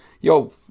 yo